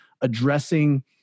addressing